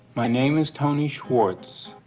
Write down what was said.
my name is tony schwartz.